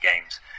games